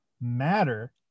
matter